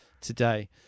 today